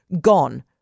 Gone